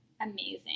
amazing